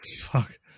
Fuck